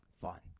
fine